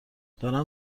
دارم